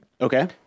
Okay